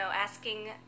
asking